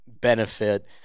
benefit